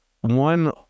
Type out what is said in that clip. one